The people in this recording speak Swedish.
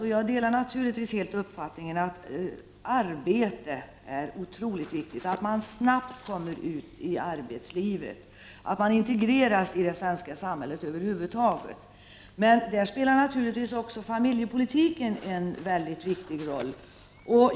Och jag delar naturligtvis helt uppfattningen att det är otroligt viktigt att flyktingar snabbt kommer ut i arbetslivet och att de integreras i det svenska samhället. Men i detta sammanhang spelar också familjepolitiken en mycket viktig roll.